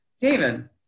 David